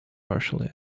partially